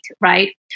right